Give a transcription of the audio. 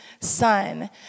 Son